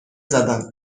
زدن